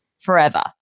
forever